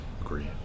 agree